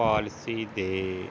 policy ਦੇ